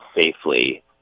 safely